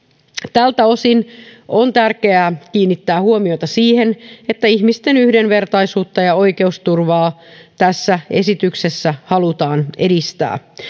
tältä osin on tärkeää kiinnittää huomiota siihen että ihmisten yhdenvertaisuutta ja oikeusturvaa tässä esityksessä halutaan edistää